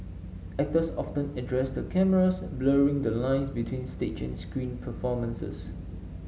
actors often addressed the cameras blurring the lines between stage and screen performances